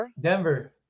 Denver